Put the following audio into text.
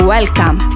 Welcome